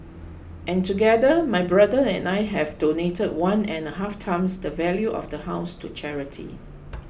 and together my brother and I have donated one and a half times the value of the house to charity